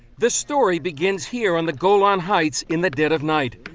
this story begins here on the golan heights in the dead of night.